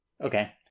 Okay